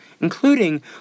including